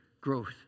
growth